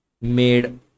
made